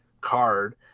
card